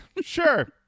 Sure